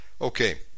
okay